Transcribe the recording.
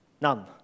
None